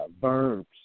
verbs